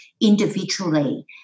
individually